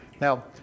Now